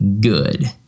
good